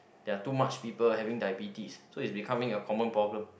there're too much people having diabetes so is becoming a common problem